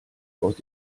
aus